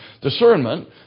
Discernment